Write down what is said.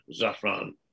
Zafran